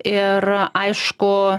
ir aišku